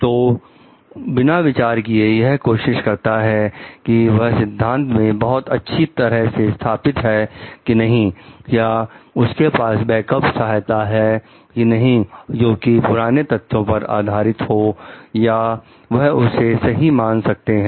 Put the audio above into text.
तो बिना विचार किए यह कोशिश करता है कि वह सिद्धांत में बहुत अच्छी तरह से स्थापित है कि नहीं क्या उनके पास बैकअप सहायता है कि नहीं जो कि पुराने तथ्यों पर आधारित हो या वह उसे सही मान सकते हैं